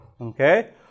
Okay